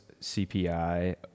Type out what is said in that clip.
CPI